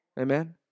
Amen